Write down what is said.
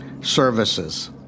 services